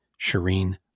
Shireen